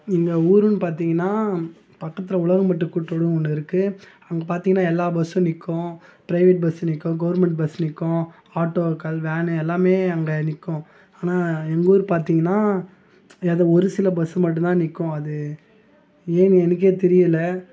எங்கள் ஊருன்னு பார்த்தீங்கனா பக்கத்தில் உலகம் பட்டு கூற்றுனு ஒன்று இருக்கு அங்கே பார்த்தீங்கனா எல்லா பஸ்ஸும் நிற்கும் ப்ரைவேட் பஸ்ஸு நிற்கும் கவர்மெண்ட் பஸ் நிற்கும் ஆட்டோக்கள் வேனு எல்லாமே அங்கே நிற்கும் ஆனால் எங்கள் ஊர் பார்த்தீங்கனா எதை ஒரு சில பஸ்ஸு மட்டும்தான் நிற்கும் அது ஏன்னு எனக்கே தெரியலை